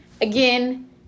Again